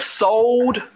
sold